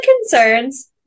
concerns